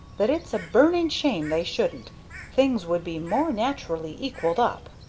that it's a burning shame they shouldn't things would be more naturally equalled up.